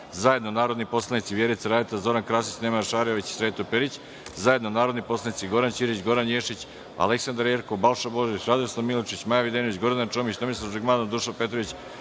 zajedno narodni poslanici Vjerica Radeta, Zoran Krasić, Nemanja Šarović i Sreto Perić, zajedno narodni poslanici Goran Ćirić, Goran Ješić, Aleksandra Jerkov, Balša Božović, Radoslav Milojičić, Maja Videnović, Gordana Čomić, Tomislav Žigmanov, Dušan Petrović,